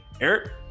Eric